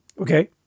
Okay